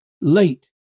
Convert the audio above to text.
late